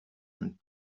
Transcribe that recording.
and